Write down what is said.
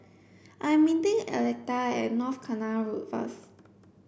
I'm meeting Electa at North Canal Road first